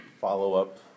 follow-up